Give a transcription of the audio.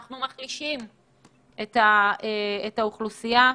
אנחנו מחלישים את האוכלוסייה.